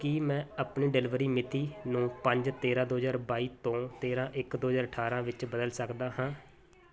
ਕੀ ਮੈਂ ਆਪਣੀ ਡਿਲੀਵਰੀ ਮਿਤੀ ਨੂੰ ਪੰਜ ਤੇਰਾਂ ਦੋ ਹਜ਼ਾਰ ਬਾਈ ਤੋਂ ਤੇਰਾਂ ਇੱਕ ਦੋ ਹਜ਼ਾਰ ਅਠਾਰਾਂ ਵਿੱਚ ਬਦਲ ਸਕਦਾ ਹਾਂ